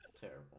Terrible